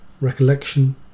recollection